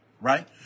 right